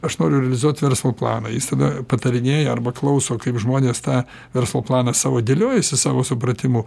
aš noriu realizuot verslo planą jis tada patarinėja arba klauso kaip žmonės tą verslo planą savo dėliojasi savo supratimu